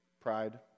pride